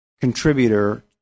contributor